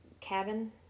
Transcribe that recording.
cabin